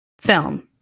film